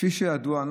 כפי שידוע,